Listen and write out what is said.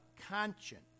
conscience